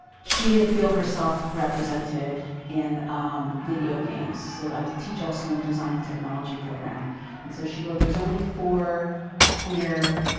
she didn't feel herself represented in video games. so i um teach also in the design and technology program and so she wrote there's only four queer,